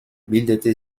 bildete